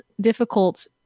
difficult